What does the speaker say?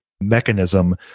mechanism